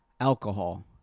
alcohol